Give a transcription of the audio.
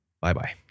Bye-bye